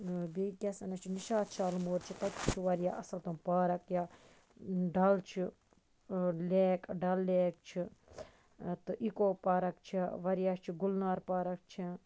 بیٚیہِ کیاہ سانہ چھُ نِشات شالمور چھُ تَتہِ تہِ چھُ واریاہ اَصٕل تِم پارَک یا ڈَل چھُ لیک ڈَل لیک چھُ تہٕ ایٖکو پارَک چھِ واریاہ چھِ گُلنار پارٕک چھِ